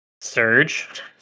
surge